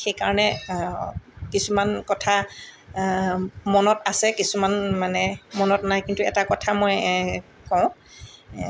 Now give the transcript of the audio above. সেইকাৰণে কিছুমান কথা মনত আছে কিছুমান মানে মনত নাই কিন্তু এটা কথা মই কওঁ